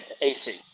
AC